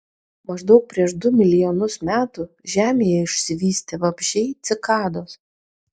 maždaug prieš du milijonus metų žemėje išsivystė vabzdžiai cikados